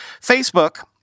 Facebook